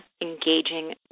engaging